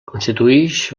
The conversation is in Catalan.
constituïx